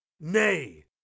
Nay